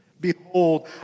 Behold